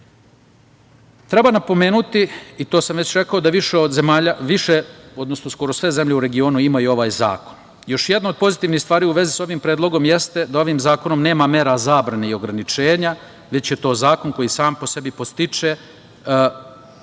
napomenuti, i to sam već rekao, da skoro sve zemlje u regionu imaju ovaj zakon. Još jedna od pozitivnih stvari u vezi sa ovim predlogom jeste da ovim zakonom nema mera zabrane i ograničenja, već je to zakon koji sam po sebi podstiče